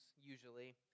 usually